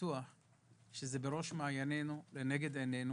זה בראש מעייננו, נמצא לנגד עיננו,